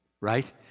right